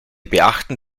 beachten